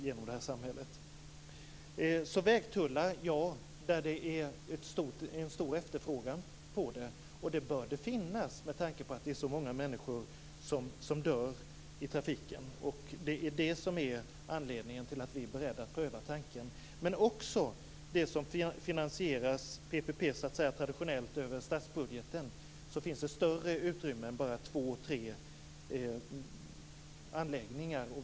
Vägtullar bör det alltså vara där det finns en stor efterfrågan på dem, och det bör det finnas, med tanke på att det är så många människor som dör i trafiken. Det är ju det som är anledningen till att vi är beredda att pröva tanken. Det gäller också det som finansieras med PPP så att säga traditionellt över statsbudgeten. Där finns det större utrymme än bara två eller tre anläggningar.